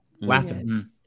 laughing